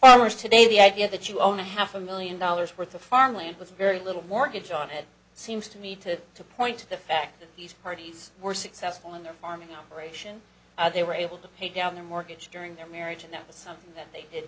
hours today the idea that you own a half a million dollars worth of farmland with very little mortgage on it seems to me to to point to the fact that these parties were successful in their farming operation they were able to pay down their mortgage during their marriage and that was something that they did